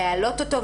להעלות אותו,